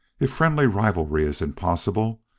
if friendly rivalry is impossible,